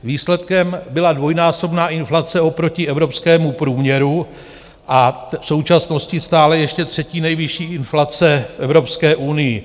Výsledkem byla dvojnásobná inflace oproti evropskému průměru a v současnosti stále ještě třetí nejvyšší inflace v Evropské unii.